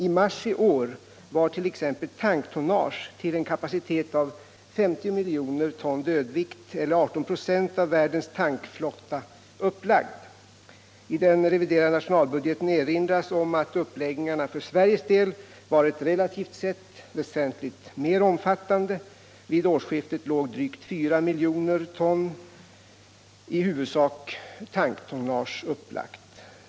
I mars i år var t.ex. tanktonnage till en kapacitet av 50 miljoner dödviktston, eller 18 96 av världens tankflotta, upplagt. I den reviderade nationalbudgeten erinras om att uppläggningarna för Sveriges del varit relativt sett väsentligt mer omfattande. Vid årsskiftet låg drygt 4 miljoner dödviktston — i huvudsak tanktonnage — upplagt.